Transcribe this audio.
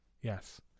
Yes